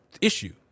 issue